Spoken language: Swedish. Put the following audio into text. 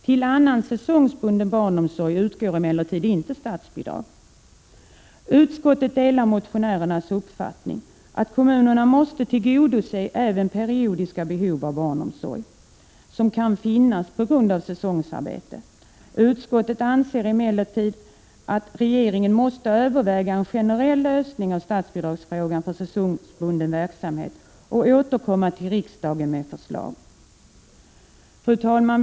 Till annan säsongsbunden barnomsorg utgår emellertid inte statsbidrag. Utskottet delar motionärernas uppfattning att kommunerna måste tillgodose även periodiska behov av barnomsorg som kan finnas på grund av säsongsarbete. Utskottet anser emellertid att regeringen måste överväga en generell lösning av statsbidragsfrågan för säsongsbunden verksamhet och återkomma till riksdagen med förslag. Fru talman!